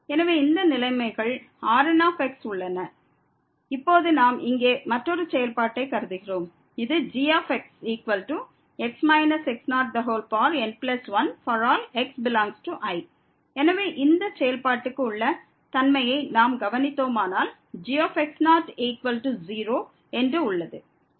எனவே இந்த நிலைமைகள் Rnல் உள்ளன இப்போது நாம் இங்கே மற்றொரு செயல்பாட்டை க் கருதுகிறோம் இது gxx x0n1∀x∈I எனவே இந்த செயல்பாடுக்கு உள்ள தன்மையை நாம் கவனித்தோமானால் gx00 என்று உள்ளது